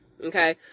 okay